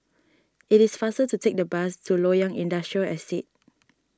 it is faster to take the bus to Loyang Industrial Estate